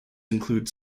include